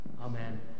Amen